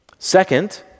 Second